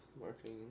marketing